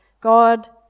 God